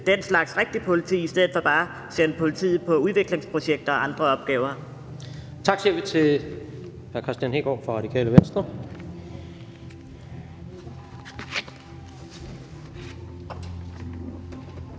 den slags rigtige politiopgaver i stedet for bare at sende politiet på udviklingsprojekter og andre opgaver.